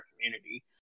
community